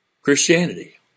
Christianity